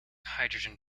hydrogen